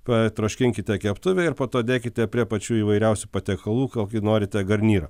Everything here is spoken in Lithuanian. patroškinkite keptuvėj ir po to dėkite prie pačių įvairiausių patiekalų kokį norite garnyrą